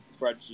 spreadsheet